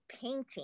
painting